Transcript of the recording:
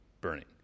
burning